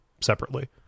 separately